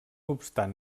obstant